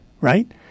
right